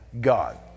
god